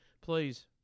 please